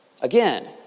Again